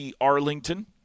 Arlington